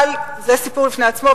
אבל זה סיפור בפני עצמו,